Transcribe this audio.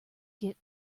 get